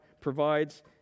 provides